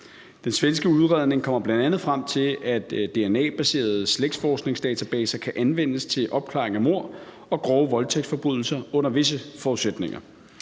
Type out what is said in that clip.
Den svenske udredning kommer bl.a. frem til, at dna-baserede slægtsforskningsdatabaser kan anvendes til opklaring af mord og grove voldtægtsforbrydelser under visse forudsætninger.